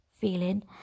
feeling